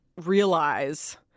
realize